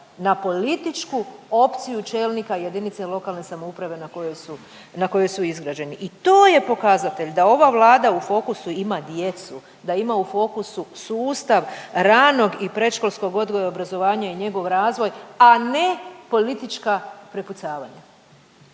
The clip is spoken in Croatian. na političku opciju čelnika JLS na kojoj su, na kojoj su izgrađeni i to je pokazatelj da ova Vlada u fokusu ima djecu, da ima u fokusu sustav ranog i predškolskog odgoja i obrazovanja i njegov razvoj, a ne politička prepucavanja.